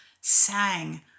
sang